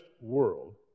world